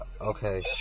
Okay